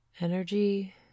energy